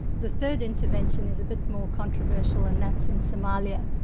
the third intervention is a bit more controversial and that's in somalia,